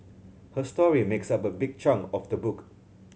her story makes up a big chunk of the book